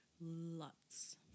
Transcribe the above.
lots